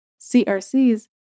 CRCs